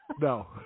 No